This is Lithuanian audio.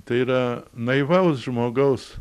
tai yra naivaus žmogaus